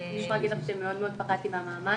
אני יכולה להגיד לך שמאוד מאוד פחדתי מהמעמד,